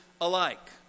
alike